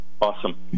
Awesome